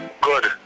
Good